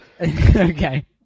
Okay